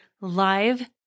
live